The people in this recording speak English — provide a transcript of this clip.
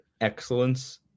excellence